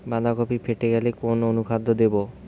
বাঁধাকপি ফেটে গেলে কোন অনুখাদ্য দেবো?